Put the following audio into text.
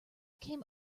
came